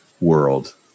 world